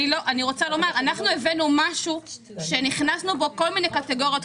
שאנחנו הבאנו משהו שנכנסו בו כל מיני קטגוריות,